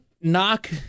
knock